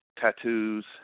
tattoos